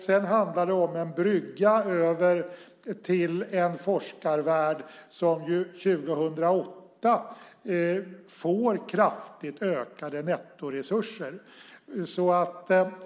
Det handlar om en brygga över till en forskarvärld som 2008 får kraftigt ökade nettoresurser.